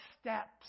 steps